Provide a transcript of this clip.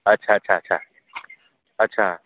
અચ્છા અચ્છા અચ્છા અચ્છા